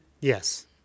Yes